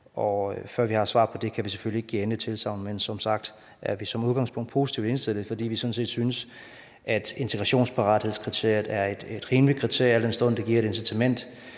og før vi har svar på dem, kan vi selvfølgelig ikke give endeligt tilsagn. Men som sagt er vi som udgangspunkt positivt indstillet, fordi vi sådan set synes, at integrationsparathedskriteriet er et rimeligt kriterie, al den stund det giver et incitament